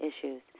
issues